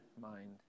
mind